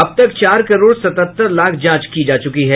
अब तक चार करोड़ सतहत्तर लाख जांच की जा चुकी है